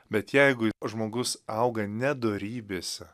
bet jeigu žmogus auga nedorybėse